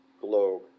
globe